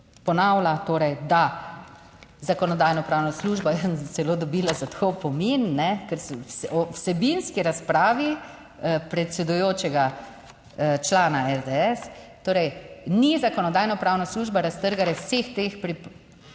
ponavlja, torej da Zakonodajno-pravna služba je celo dobila za ta opomin, ker o vsebinski razpravi predsedujočega člana SDS, torej ni Zakonodajno-pravna služba raztrgala vseh teh,